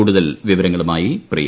കൂടുതൽ വിവരങ്ങളുമായി പ്രിയ